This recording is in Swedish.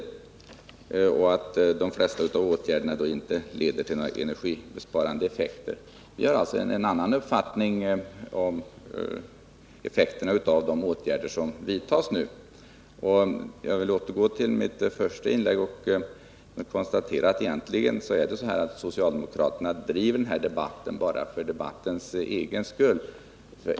Man anser att de flesta av åtgärderna inte leder till några energibesparande effekter. Vi har en annan uppfattning om effekterna av de åtgärder som nu vidtas. Som jag konstaterade i mitt första inlägg så driver socialdemokraterna den här debatten bara för debattens egen skull.